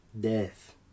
Death